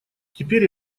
теперь